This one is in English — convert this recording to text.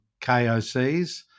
KOCs